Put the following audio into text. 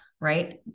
right